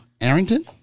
Arrington